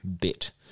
bit